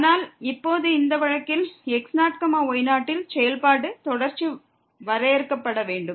ஆனால் இப்போது இந்த வழக்கில் x0y0 ல் செயல்பாடு தொடர்ச்சி வரையறுக்கப்பட வேண்டும்